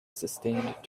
sustained